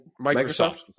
Microsoft